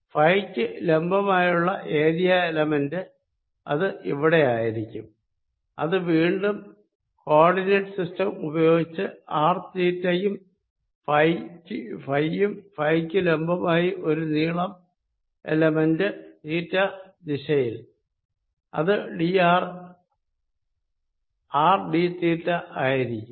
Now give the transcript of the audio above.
phi ക്ക് ലംബമായുള്ള area element അത് ഇവിടെയായിരിക്കും അത് വീണ്ടും കോ ഓർഡിനേറ്റ് സിസ്റ്റം ഉപയോഗിച്ച് ആർ തീറ്റ യും ഫൈ യും ഫൈക്ക് ലംബമായി ഒരു നീളം എലമെന്റ് തീറ്റ ദിശയിൽ അത് ആർ ഡി തീറ്റ ആയിരിക്കും